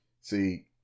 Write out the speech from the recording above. See